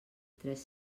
tres